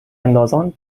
اندازان